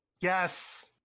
Yes